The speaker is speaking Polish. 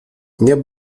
nie